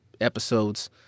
episodes